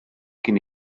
cyn